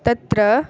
तत्र